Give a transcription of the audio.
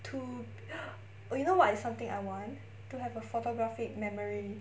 to oh you know what is something I want to have a photographic memory